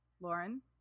lauren